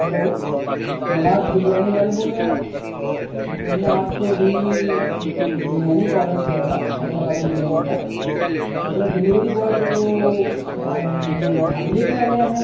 hello Nawaz biryani والے بول رہے ہیں آپ میں نے آپ کو ابھی ایک بریانی کا آڈر کیا تھا حیدرآبادی بریانی کا مگر ڈیلیوری بوائے تو کیا نام ہے نہاری لے کے آ گیا ہے